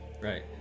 Right